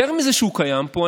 יותר מזה שהוא קיים פה,